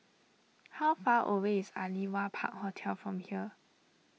how far away is Aliwal Park Hotel from here